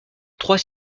trois